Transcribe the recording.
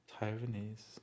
Taiwanese